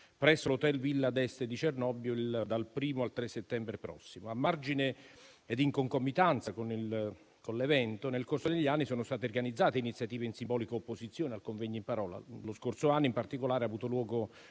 presso l'hotel Villa d'Este di Cernobbio, dal 1° al 3 settembre prossimi. A margine e in concomitanza con l'evento, nel corso degli anni sono state organizzate iniziative in simbolica opposizione al convegno in parola. Lo scorso anno, in particolare, ha avuto luogo